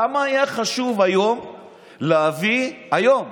למה היה חשוב להביא היום